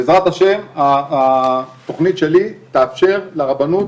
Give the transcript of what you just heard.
בעזרת ה' התכנית שלי תאפשר לרבנות